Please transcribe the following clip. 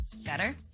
better